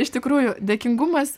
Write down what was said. iš tikrųjų dėkingumas